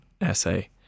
essay